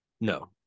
No